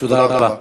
תודה רבה.